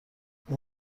این